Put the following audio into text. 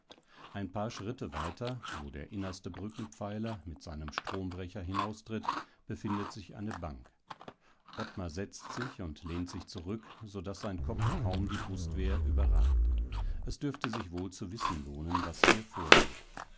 ein paar schritte weiter wo der innerste brückenpfeiler mit seinem strombrecher hinaustritt befindet sich eine bank ottmar jetzt sich und lehnt sich zurück so daß sein kopf kaum die brustwehr überragt es dürfte sich wohl zu wissen lohnen was hier vorgeht